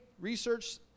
research